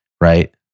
right